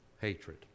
hatred